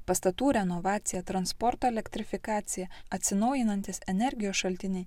pastatų renovacija transporto elektrifikacija atsinaujinantys energijos šaltiniai